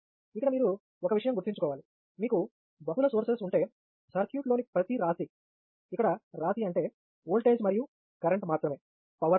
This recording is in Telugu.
ఇక్కడ మీరు ఒక విషయం గుర్తుంచుకోవాలి మీకు బహుళ సోర్సెస్ ఉంటే సర్క్యూట్లోని ప్రతి రాశి ఇక్కడ రాశి అంటే ఓల్టేజ్ మరియు కరెంట్ మాత్రమే పవర్ కాదు